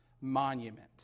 monument